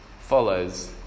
follows